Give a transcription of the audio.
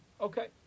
Okay